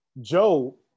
Joe